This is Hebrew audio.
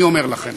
אני אומר לכם.